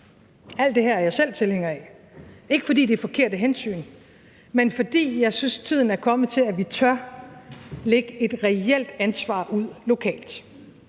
alt det her er jeg selv tilhænger af – og ikke, fordi det er forkerte hensyn, men fordi jeg synes, tiden er kommet til, at vi tør lægge et reelt ansvar ud lokalt,